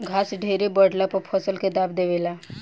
घास ढेरे बढ़ला पर फसल के दाब देवे ला